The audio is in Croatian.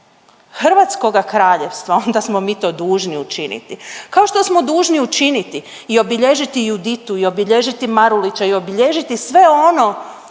Hrvatskoga kraljevstva, onda smo mi to dužni učiniti. Kao što smo dužni učiniti i obilježiti Juditu i obilježiti Marulića i obilježiti sve ono